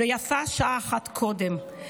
ויפה שעה אחת קודם.